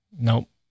Nope